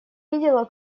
видала